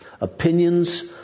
opinions